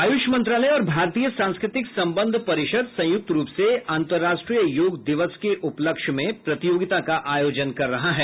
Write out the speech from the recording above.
आयुष मंत्रालय और भारतीय सांस्कृतिक संबंध परिषद संयुक्त रुप से अंतरराष्ट्रीय योग दिवस के उपलक्ष्य में प्रतियोगिता का आयोजन कर रहा है